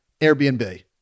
Airbnb